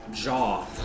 jaw